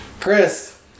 Chris